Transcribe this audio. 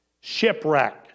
shipwreck